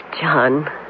John